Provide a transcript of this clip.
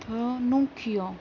تھا نوکیا